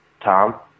Tom